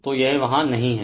तो यह वहाँ नहीं है